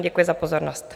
Děkuji za pozornost.